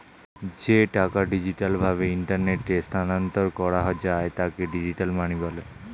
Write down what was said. যে টাকা ডিজিটাল ভাবে ইন্টারনেটে স্থানান্তর করা যায় তাকে ডিজিটাল মানি বলে